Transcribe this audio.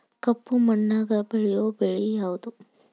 ಕಪ್ಪು ಮಣ್ಣಾಗ ಬೆಳೆಯೋ ಬೆಳಿ ಯಾವುದು?